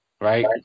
right